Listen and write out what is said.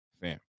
fam